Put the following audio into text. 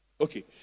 Okay